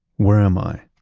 where am i?